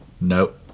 Nope